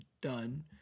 done